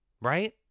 right